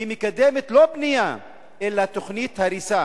היא מקדמת, לא בנייה, אלא תוכנית הריסה